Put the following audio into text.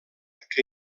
que